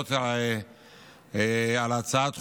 לענות על ההצעה הדחופה לסדר-היום.